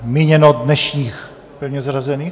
Míněno dnešních pevně zařazených?